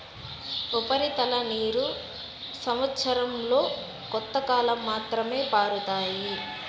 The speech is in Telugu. ఉపరితల నీరు సంవచ్చరం లో కొంతకాలం మాత్రమే పారుతాయి